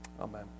Amen